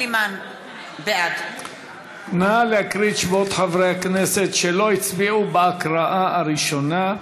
בעד נא להקריא את שמות חברי הכנסת שלא הצביעו בהקראה הראשונה.